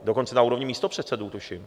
Dokonce na úrovni místopředsedů, tuším.